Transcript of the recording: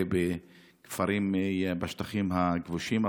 גם בכפרים בשטחים הכבושים.